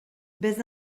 baisse